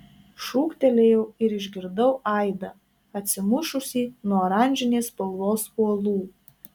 šūktelėjau ir išgirdau aidą atsimušusį nuo oranžinės spalvos uolų